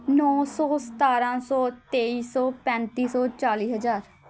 ਨੌ ਸੌ ਸਤਾਰ੍ਹਾਂ ਸੌ ਤੇਈ ਸੌ ਪੈਂਤੀ ਸੌ ਚਾਲ੍ਹੀ ਹਜ਼ਾਰ